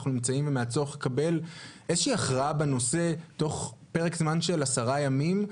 נמצאים ומהצורך לקבל איזושהי הכרעה בנושא תוך פרק זמן של עשרה ימים,